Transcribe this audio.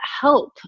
help